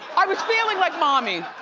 i was feeling like mommy.